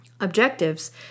objectives